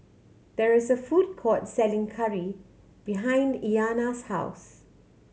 there is a food court selling curry behind Iyanna's house